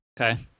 Okay